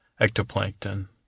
ectoplankton